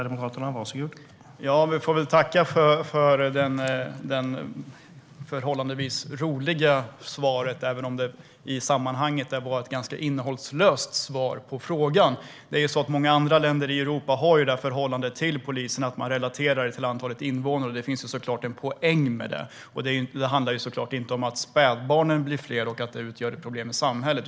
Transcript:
Herr talman! Vi får väl tacka för det förhållandevis roliga svaret, även om det i sammanhanget var ett innehållslöst svar på frågan. Många andra länder i Europa har ett sådant förhållande till polisen att man relaterar till antalet invånare. Det finns såklart en poäng med det. Det handlar inte om att spädbarnen blir fler och att de utgör ett problem i samhället.